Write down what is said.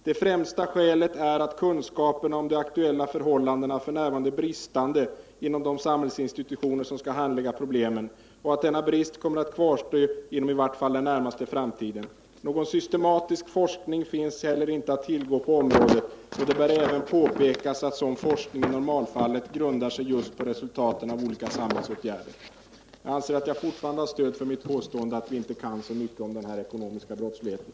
Det främsta skälet är att kunskaperna om de aktuella förhållandena f.n. är bristande inom de samhällsinstitutioner som skall handlägga problemen och att denna brist kommer att kvarstå inom i vart fall den närmaste framtiden. Någon systematisk forskning finns heller inte att tillgå på området och det bör även påpekas att sådan forskning i normalfallet grundar sig just på resultaten av olika samhällsåtgärder.” Jag anser att jag fortfarande har stöd för mitt påstående att vi inte kan så mycket om den ekonomiska brottsligheten.